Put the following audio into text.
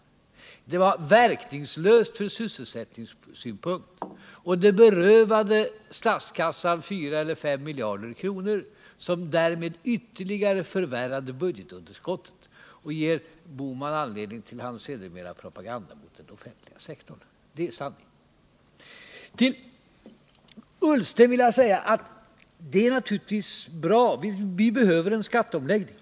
Åtgärden var verkningslös från sysselsättningssynpunkt men berövade statskassan fyra eller fem miljarder kronor, vilket ytterligare förvärrade budgetunderskotten och gav herr Bohman anledning till hans propaganda mot den offentliga sektorn. Det är sanningen. Till herr Ullsten vill jag säga att vi naturligtvis behöver en skatteomläggning.